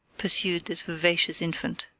pursued this vivacious infant.